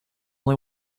only